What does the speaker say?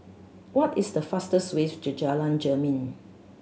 what is the fastest way to Jalan Jermin